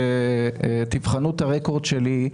תבחנו את הרקורד שלי.